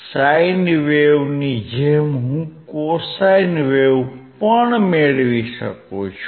sign વેવની જેમ હું કોસાઇન વેવ પણ મેળવી શકું છું